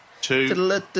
two